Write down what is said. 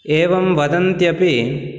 एवं वदन्त्यपि